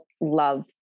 love